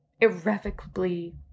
irrevocably